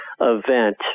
event